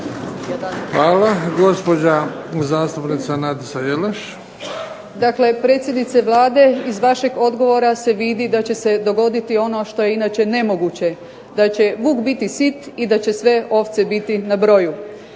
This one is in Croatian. Hvala. Gospođa zastupnica Nadica Jelaš. **Jelaš, Nadica (SDP)** Dakle, predsjednice Vlade iz vašeg odgovora se vidi da će se dogoditi ono što je inače nemoguće, da će vuk biti sit i da će sve ovce biti na broju.